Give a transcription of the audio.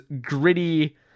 gritty